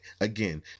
Again